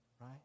Right